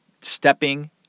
Stepping